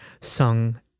sung